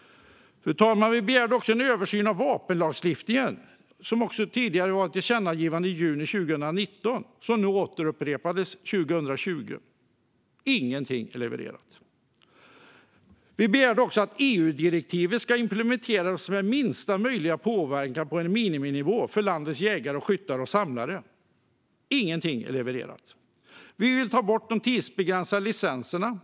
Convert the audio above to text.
Vi begärde en översyn av vapenlagstiftningen. Det var ett tillkännagivande i juni 2019 som upprepades 2020. Inget är levererat. Vi begärde också att EU-direktivet ska implementeras med minsta möjliga påverkan på en miniminivå för landets jägare, skyttar och samlare. Inget är levererat. Vi vill ta bort de tidsbegränsade licenserna.